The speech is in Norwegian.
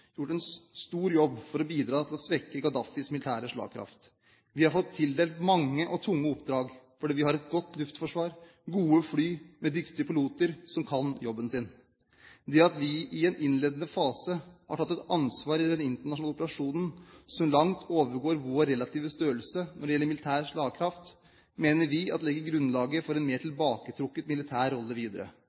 gjort en stor jobb for å bidra til å svekke Gaddafis militære slagkraft. Vi har fått tildelt mange og tunge oppdrag fordi vi har et godt luftforsvar, gode fly med dyktige piloter som kan jobben sin. Det at vi i en innledende fase har tatt et ansvar i den internasjonale operasjonen som langt overgår vår relative størrelse når det gjelder militær slagkraft, mener vi legger grunnlaget for en mer tilbaketrukket militær rolle videre.